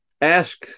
ask